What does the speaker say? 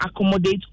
accommodate